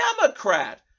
Democrat